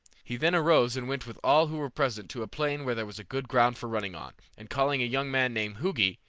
he then arose and went with all who were present to a plain where there was good ground for running on, and calling a young man named hugi,